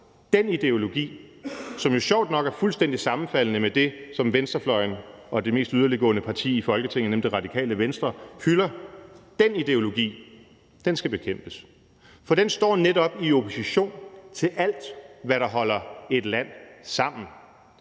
den ideologi, som jo sjovt nok er fuldstændig sammenfaldende med det, som venstrefløjen og det mest yderliggående parti i Folketinget, nemlig Radikale Venstre, hylder – skal bekæmpes, for den står netop i opposition til alt, hvad der holder et land sammen.